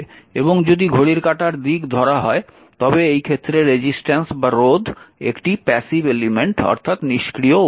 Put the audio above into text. এবং যদি ঘড়ির কাঁটার দিক ধরা হয় তবে এই ক্ষেত্রে রোধ একটি নিষ্ক্রিয় উপাদান